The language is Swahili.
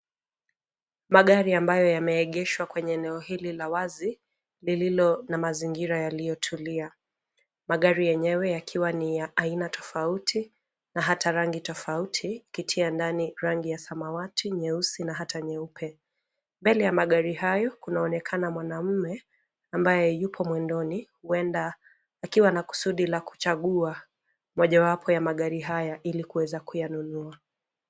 Magari ambayo yameegeshwa kwenye eneo hili la wazi lililo na mazingira yaliyotulia. Magari yenyewe yakiwa ni ya aina tofauti na hata rangi tofauti ikitia ndani rangi ya samawati, nyeusi na hata nyeupe. Mbele ya magari hayo kunaonekana mwanamume ambaye yupo mwendoni huenda akiwa na kusudi la kuchagua mojawapo ya magari haya ili kuweza kuyanunua.